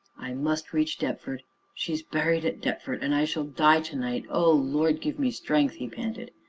i must reach deptford she's buried at deptford, and i shall die to-night o lord, give me strength! he panted.